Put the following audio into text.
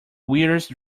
weirdest